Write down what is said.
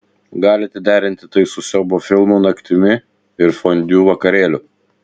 galite derinti tai su siaubo filmų naktimi ir fondiu vakarėliu